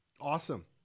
Awesome